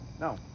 No